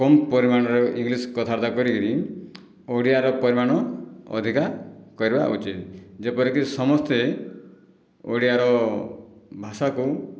କମ ପରିମାଣରେ ଇଂଲିଶ୍ କଥାବାର୍ତ୍ତା କରିକିରି ଓଡ଼ିଆର ପରିମାଣ ଅଧିକା କରିବା ଉଚିତ ଯେପରିକି ସମସ୍ତେ ଓଡ଼ିଆର ଭାଷାକୁ